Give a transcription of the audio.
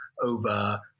over